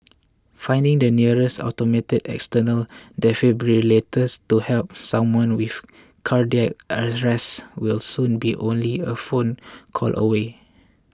finding the nearest automated external defibrillator to help someone with cardiac arrest will soon be only a phone call away